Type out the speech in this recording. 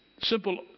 Simple